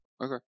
Okay